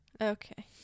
Okay